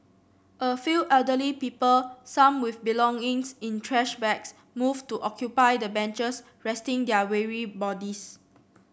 a few elderly people some with belongings in trash bags moved to occupy the benches resting their weary bodies